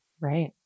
Right